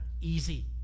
easy